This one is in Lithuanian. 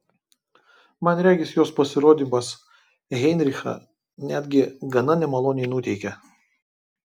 man regis jos pasirodymas heinrichą netgi gana nemaloniai nuteikė